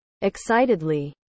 Excitedly